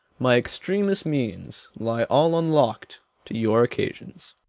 my extremest means, lie all unlock'd to your occasions.